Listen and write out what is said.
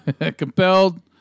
Compelled